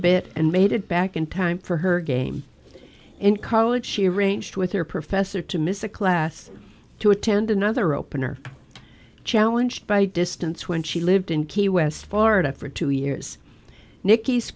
bit and made it back in time for her game in college she arranged with her professor to miss a class to attend another open or challenge by distance when she lived in key west florida for two years nicky